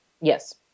Yes